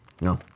no